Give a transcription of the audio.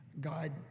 God